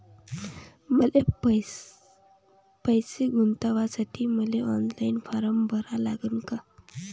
पैसे गुंतवासाठी मले ऑनलाईन फारम भरा लागन का?